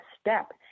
step